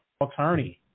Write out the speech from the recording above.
attorney